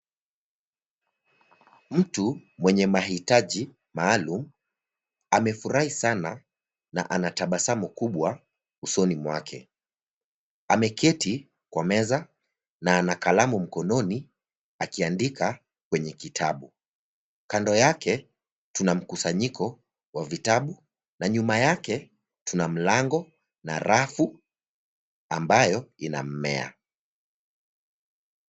Mtu mwenye mahitaji maalum; amefurahi sana na ana tabasamu kubwa usoni mwake. Ameketi kwa meza na ana kalamu mkononi akiandika kwenye kitabu. Kando yake tuna mkusanyiko wa vitabu na nyuma yake tuna mlango na rafu ambayo ina mmea.